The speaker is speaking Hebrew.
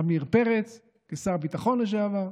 עמיר פרץ, כשר הביטחון לשעבר.